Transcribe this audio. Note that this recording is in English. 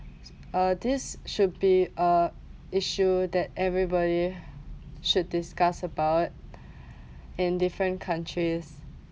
uh this should be uh issue that everybody should discuss about it in different countries